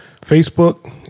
Facebook